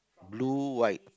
blue white